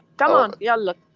come on. yeah. look,